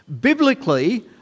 Biblically